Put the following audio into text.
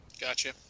Gotcha